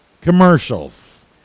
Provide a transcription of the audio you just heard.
Commercials